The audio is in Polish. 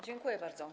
Dziękuję bardzo.